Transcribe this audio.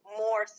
more